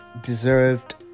deserved